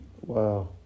Wow